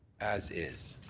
as is.